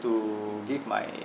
to give my